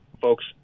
folks